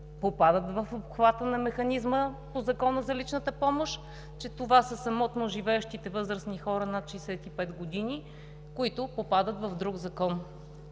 попадат в обхвата на механизма по Закона за личната помощ, че това са самотно живеещите възрастни хора над 65 години, които попадат в друг закон.